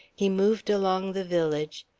he moved along the village,